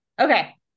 Okay